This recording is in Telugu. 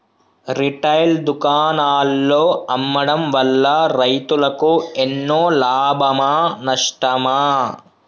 రిటైల్ దుకాణాల్లో అమ్మడం వల్ల రైతులకు ఎన్నో లాభమా నష్టమా?